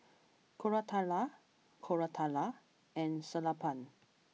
Koratala Koratala and Sellapan